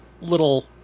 little